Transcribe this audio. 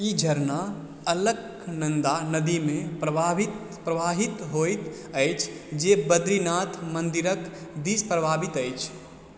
ई झरना अलकनन्दा नदीमे प्रवाहित होइत अछि जे बद्रीनाथ मन्दिरक दिस प्रवाहित अछि